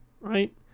right